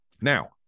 Now